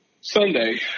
Sunday